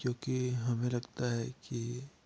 क्योंकि हमें लगता है कि